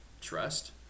trust